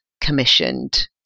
commissioned